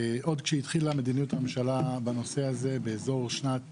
עוד כשהתחילה מדיניות הממשלה בנושא הזה באזור שנת